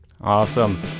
awesome